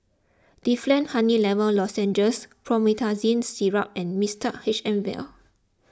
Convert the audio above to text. Difflam Honey Lemon Lozenges Promethazine Syrup and Mixtard H M Vial